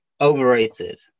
overrated